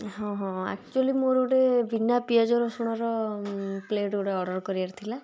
ହଁ ହଁ ଆକ୍ଚୁଆଲି ମୋର ଗୋଟେ ବିନା ପିଆଜ ରସୁଣର ପ୍ଲେଟ୍ ଗୋଟେ ଅର୍ଡ଼ର୍ କରିବାର ଥିଲା